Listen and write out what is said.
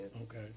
Okay